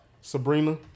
Sabrina